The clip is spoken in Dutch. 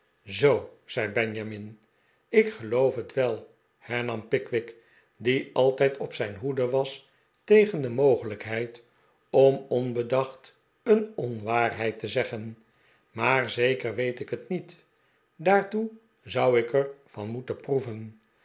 zoo zei benjamin ik geloof het wel hernam pickwick die altijd op zijn hoede was tegen de mogelijkheid om onbedacht een onwaarheid te zeggen maar zeker weet ik het niet daartoe zou ik er van moeten proeven